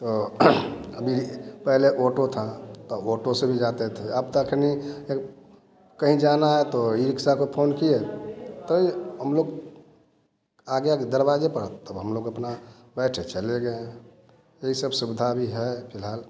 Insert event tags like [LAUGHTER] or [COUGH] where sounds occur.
तो अभी पहले ऑटो था तो ऑटो से भी जाते थे अब [UNINTELLIGIBLE] कहीं जाना है तो ई रिक्शा [UNINTELLIGIBLE] को फोन किए तो ये हम लोग आगे आगे दरवाजे पर तब हम लोग अपना बैठे चले गए यही सब सुविधा अभी है फिलहाल